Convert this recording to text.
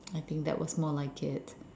I think that was more like it